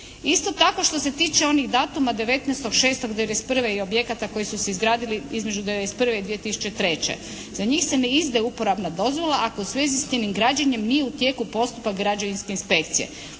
Isto tako, što se tiče onih datuma 19.6.1991. i objekata koji su se izgradili između '91. i 2003. za njih se ne izdaje uporabna dozvola ako u svezi s njenim građenjem nije u tijeku postupak građevinske inspekcije.